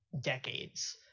Decades